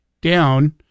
down –